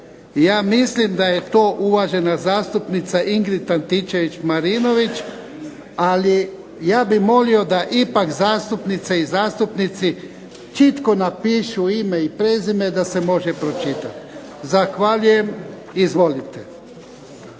Ja mislim da je to uvažena zastupnica Ingrid Antičević-Marinović, ali ja bih molio da ipak zastupnice i zastupnici čitko napišu ime i prezime da se može pročitati. Zahvaljujem. Izvolite.